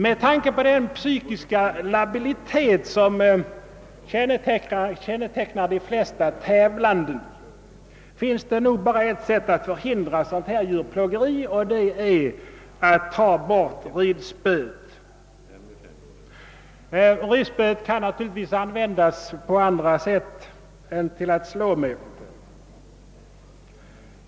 Med tanke på den psykiska labilitet som känmetecknar de flesta tävlande finns det nog bara ett sätt att förhindra sådant här djurplågeri och det är att ta bort ridspöet. Ridspöet kan naturligtvis användas på annat sätt än att slå med.